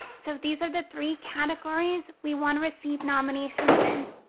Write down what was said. so, these are the three categories we want to receive nominations in.